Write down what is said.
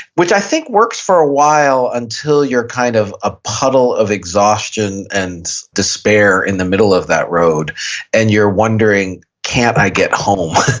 which i think works for a while until you're kind of a puddle of exhaustion and despair in the middle of that road and you're wondering, can't i get home.